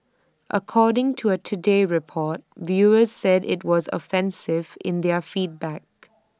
according to A today Report viewers said IT was offensive in their feedback